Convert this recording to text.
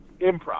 improv